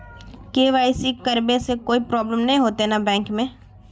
KYC करबे से कोई प्रॉब्लम नय होते न बैंक में?